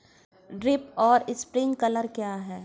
Drip और sprinkler क्या हैं?